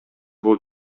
бул